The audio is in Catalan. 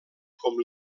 com